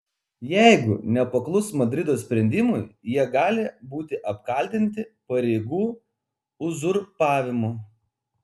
jeigu nepaklus madrido sprendimui jie gali būti apkaltinti pareigų uzurpavimu